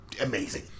amazing